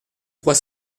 trois